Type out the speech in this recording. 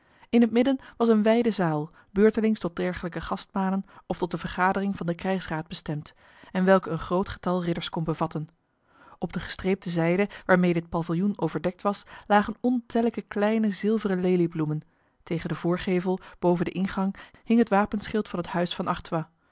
in het midden was een wijde zaal beurtelings tot dergelijke gastmalen of tot de vergadering van de krijgsraad bestemd en welke een groot getal ridders kon bevatten op de gestreepte zijde waarmee dit paviljoen overdekt was lagen ontellijke kleine zilveren leliebloemen tegen de voorgevel boven de ingang hing het wapenschild van het huis van